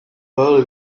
early